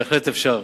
בהחלט אפשר.